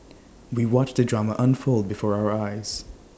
we watched the drama unfold before our eyes